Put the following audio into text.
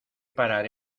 parar